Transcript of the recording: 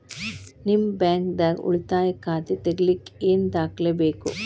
ನಿಮ್ಮ ಬ್ಯಾಂಕ್ ದಾಗ್ ಉಳಿತಾಯ ಖಾತಾ ತೆಗಿಲಿಕ್ಕೆ ಏನ್ ದಾಖಲೆ ಬೇಕು?